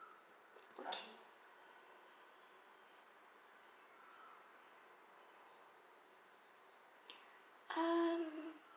okay um